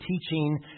teaching